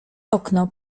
okno